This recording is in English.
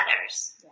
others